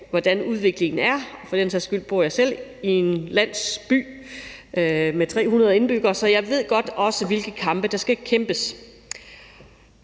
hvordan udviklingen er. For den sags skyld bor jeg selv i en landsby med 300 indbyggere, så jeg ved også godt, hvilke kampe der skal kæmpes.